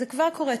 זה כבר קורה.